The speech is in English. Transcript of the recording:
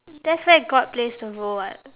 that's where god plays a role [what]